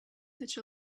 such